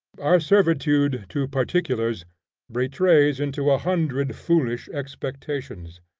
our servitude to particulars betrays into a hundred foolish expectations.